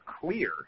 clear